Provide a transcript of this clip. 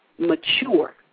mature